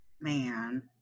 man